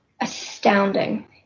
Astounding